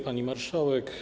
Pani Marszałek!